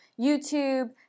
YouTube